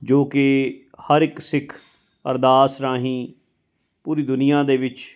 ਜੋ ਕਿ ਹਰ ਇੱਕ ਸਿੱਖ ਅਰਦਾਸ ਰਾਹੀਂ ਪੂਰੀ ਦੁਨੀਆਂ ਦੇ ਵਿੱਚ